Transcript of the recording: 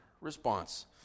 response